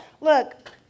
Look